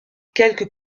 quelques